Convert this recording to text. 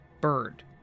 bird